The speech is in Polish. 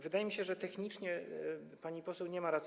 Wydaje mi się, że technicznie pani poseł nie ma racji.